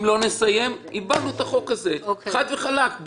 אם לא נסיים נאבד את החוק, חד וחלק.